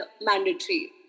mandatory